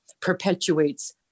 perpetuates